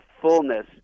fullness